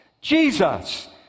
Jesus